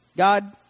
God